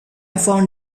found